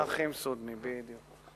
האחים סודמי, בדיוק.